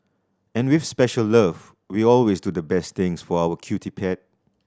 and with special love we always do the best things for our cutie pet